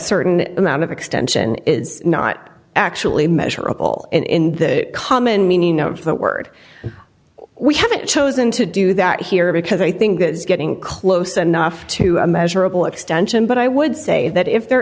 certain amount of extension is not actually measurable in the common meaning of the word we haven't chosen to do that here because i think that is getting close enough to a measurable extension but i would say that if there